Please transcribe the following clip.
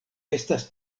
estas